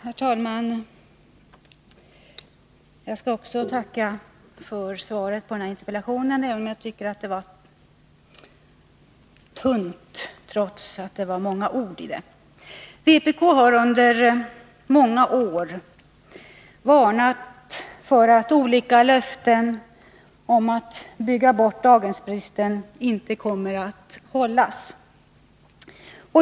Herr talman! Jag skall också tacka för svaret på interpellationen, även om jag tycker att det var tunt trots att det var många ord i det. Vpk har under många år varnat för att olika löften om att bygga bort daghemsbristen inte kommer att hållas.